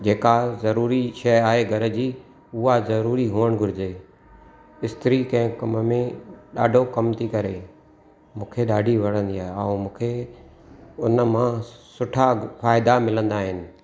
जेका ज़रुरी शइ आहे घर जी उहा ज़रुरी हुअण घुरिजे इस्तरी के कम में ॾाढो कमु थी करे मूंखे ॾाढी वणंदी आहे ऐं मूंखे उन मां सुठा फ़ाइदा मिलंदा आहिनि